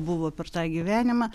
buvo per tą gyvenimą